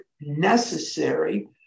necessary